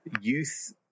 youth